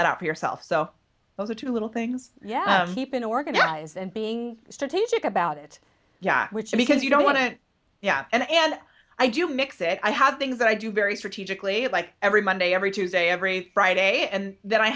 that out for yourself so those are two little things yeah keep in organize and being strategic about it yeah which because you don't want to yeah and i do mix it i have things that i do very strict like every monday every tuesday every friday and th